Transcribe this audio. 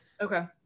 Okay